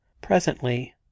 PRESENTLY